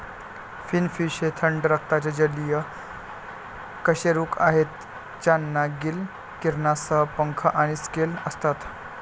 finfish हे थंड रक्ताचे जलीय कशेरुक आहेत ज्यांना गिल किरणांसह पंख आणि स्केल असतात